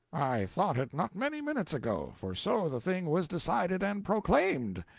i thought it not many minutes ago, for so the thing was decided and proclaimed.